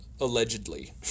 allegedly